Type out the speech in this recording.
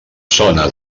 zona